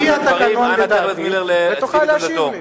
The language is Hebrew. לפי התקנון, ותוכל להשיב לי.